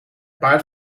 paard